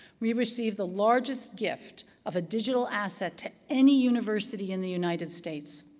we received the largest gift of a digital asset to any university in the united states.